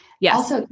Yes